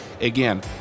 Again